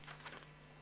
הקליטה והתפוצות